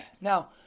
Now